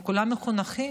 הם כולם מחונכים.